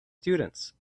students